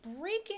breaking